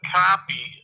copy